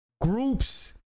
groups